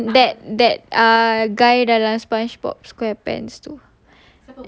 macam that that ah guy the spongebob square pants